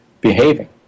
behaving